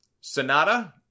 Sonata